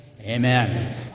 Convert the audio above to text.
Amen